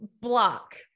block